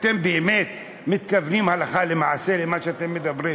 אתם באמת מתכוונים הלכה למעשה למה שאתם מדברים,